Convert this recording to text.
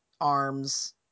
arms